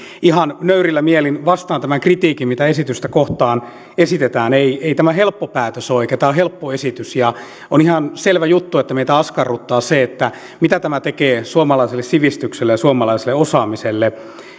ihan nöyrillä mielin vastaan tämän kritiikin mitä esitystä kohtaan esitetään ei ei tämä helppo päätös ole eikä tämä ole helppo esitys ja on ihan selvä juttu että meitä askarruttaa se mitä tämä tekee suomalaiselle sivistykselle ja suomalaiselle osaamiselle